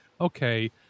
okay